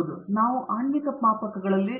ಆದ್ದರಿಂದ ನಾವು ಆಣ್ವಿಕ ಮಾಪಕಗಳಲ್ಲಿ